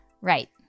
Right